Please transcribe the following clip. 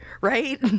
right